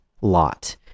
Lot